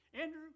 Andrew